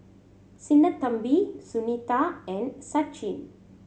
Sinnathamby Sunita and Sachin